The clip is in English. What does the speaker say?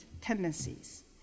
tendencies